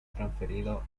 transferido